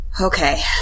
Okay